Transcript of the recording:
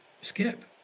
Skip